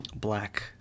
black